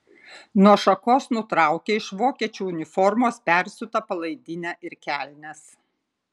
nuo šakos nutraukia iš vokiečių uniformos persiūtą palaidinę ir kelnes